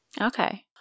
Okay